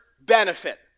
benefit